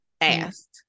asked